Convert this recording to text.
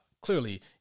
Clearly